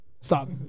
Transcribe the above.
stop